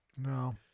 No